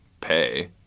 pay